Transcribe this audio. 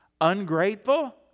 Ungrateful